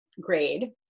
grade